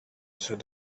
said